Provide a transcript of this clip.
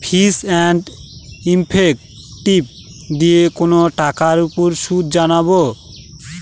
ফিচ and effective দিয়ে কোনো টাকার উপর সুদ জানবো